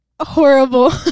horrible